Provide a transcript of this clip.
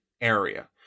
area